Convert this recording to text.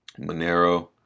Monero